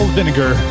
Vinegar